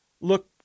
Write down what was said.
look